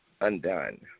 undone